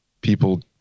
people